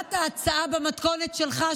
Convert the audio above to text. קבלת ההצעה במתכונת שלך,